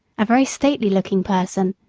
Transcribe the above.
a very stately-looking person,